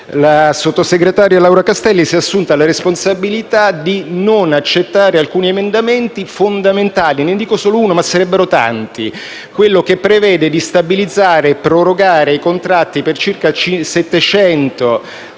Il sottosegretario Laura Castelli si è assunta la responsabilità di non accettare alcuni emendamenti fondamentali; ne dico solo uno, ma sarebbero tanti, ovvero quello che prevede di stabilizzare e prorogare i contratti per circa 700